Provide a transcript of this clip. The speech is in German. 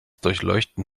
durchleuchten